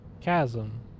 chasm